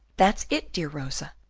that's it, dear rosa,